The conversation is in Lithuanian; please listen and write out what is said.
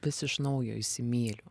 vis iš naujo įsimyliu